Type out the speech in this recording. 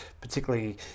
particularly